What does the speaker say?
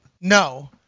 No